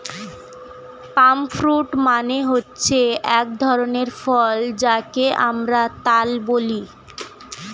পাম fruit মানে হচ্ছে এক ধরনের ফল যাকে আমরা তাল বলি